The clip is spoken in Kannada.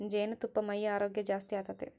ಜೇನುತುಪ್ಪಾ ಮೈಯ ಆರೋಗ್ಯ ಜಾಸ್ತಿ ಆತತೆ